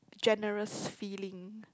generous feeling